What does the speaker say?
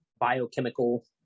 biochemical